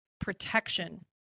protection